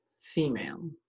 female